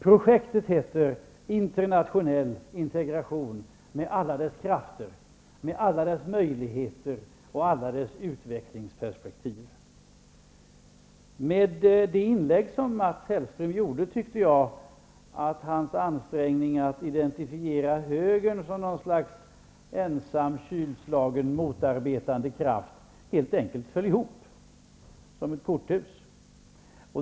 Projektet heter internationell integration, med alla dess krafter, med alla dess möjligheter och alla dess utvecklingsperspektiv. Med det inlägg som Mats Hellström gjorde, tyckte jag att hans ansträngningar att identifiera högern som något slags ensam och kylslagen motarbetande kraft helt enkelt föll ihop som ett korthus.